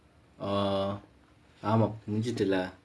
err ஆமா முடிஞ்சுட்டு:aamaa mudinchuttu lah